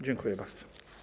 Dziękuję bardzo.